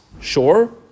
sure